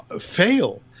fail